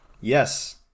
Yes